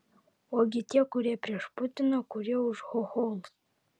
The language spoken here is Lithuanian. ogi tie kurie prieš putiną kurie už chocholus